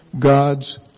God's